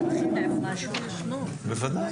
בוודאי.